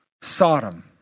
Sodom